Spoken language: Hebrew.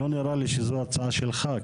לא נראה לי שזו הצעה שלך,